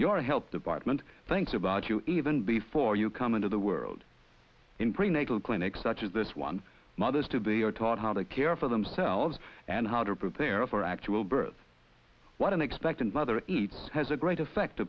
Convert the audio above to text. your health department thanks about you even before you come into the world in prenatal clinics such as this one mothers to be are taught how to care for themselves and how to prepare for actual birth what an expectant mother eats has a great effect